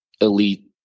elite